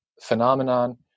phenomenon